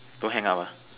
don't hang up ah